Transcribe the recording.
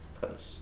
post